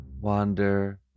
wander